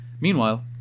Meanwhile